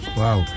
wow